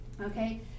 Okay